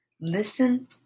Listen